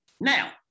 Now